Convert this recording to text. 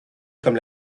comme